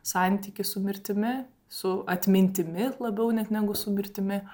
santykį su mirtimi su atmintimi labiau net negu su mirtimi